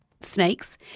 Snakes